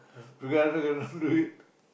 because I know I cannot do it